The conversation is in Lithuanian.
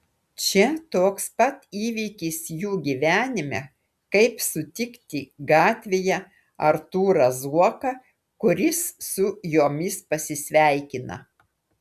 čia toks pat įvykis jų gyvenime kaip sutikti gatvėje artūrą zuoką kuris su jomis pasisveikina